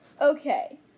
Okay